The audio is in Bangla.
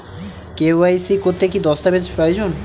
কে.ওয়াই.সি করতে কি দস্তাবেজ প্রয়োজন?